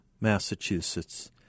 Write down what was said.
Massachusetts